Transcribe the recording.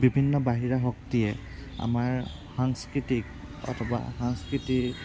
বিভিন্ন বাহিৰা শক্তিয়ে আমাৰ সাংস্কৃতিক অথবা সাংস্কৃতিৰ